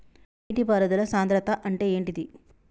నీటి పారుదల సంద్రతా అంటే ఏంటిది?